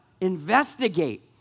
investigate